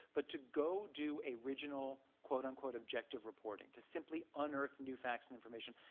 but to go do original quote unquote, objective reporting. to simply unearth new facts and information,